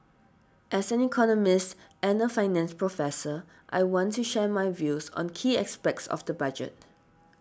as an economist and a finance professor I want to share my views on key aspects of the budget